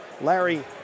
Larry